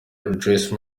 rejoice